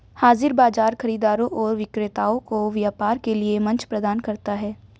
हाज़िर बाजार खरीदारों और विक्रेताओं को व्यापार के लिए मंच प्रदान करता है